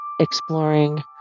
exploring